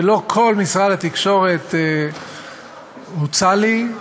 ולא כל משרד התקשורת הוצע לי,